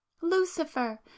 lucifer